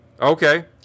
Okay